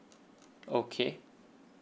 okay